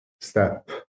step